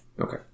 Okay